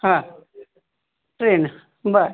हां ट्रेन बर